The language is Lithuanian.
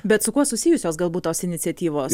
bet su kuo susijusios galbūt tos iniciatyvos